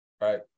right